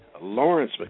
Lawrence